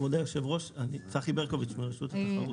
כבוד היושב ראש, אני מרשות התחרות.